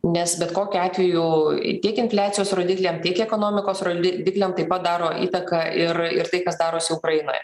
nes bet kokiu atveju i tiek infliacijos rodikliam tiek ekonomikos rodi dikliam taip pat daro įtaką ir ir tai kas darosi ukrainoje